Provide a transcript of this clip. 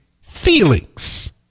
feelings